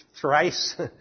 thrice